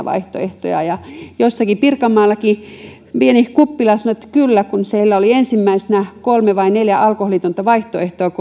vaihtoehtoja jossakin pirkanmaallakin pienessä kuppilassa sanottiin että kyllä ja siellä oli ensimmäisenä kolme tai neljä alkoholitonta vaihtoehtoa